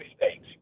mistakes